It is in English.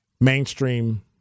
mainstream